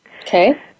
Okay